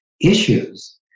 issues